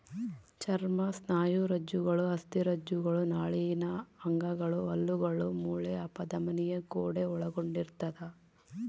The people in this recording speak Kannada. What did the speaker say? ಚರ್ಮ ಸ್ನಾಯುರಜ್ಜುಗಳು ಅಸ್ಥಿರಜ್ಜುಗಳು ನಾಳೀಯ ಅಂಗಗಳು ಹಲ್ಲುಗಳು ಮೂಳೆ ಅಪಧಮನಿಯ ಗೋಡೆ ಒಳಗೊಂಡಿರ್ತದ